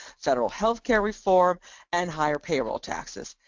federal healthcare reform and higher payroll taxes.